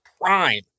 prime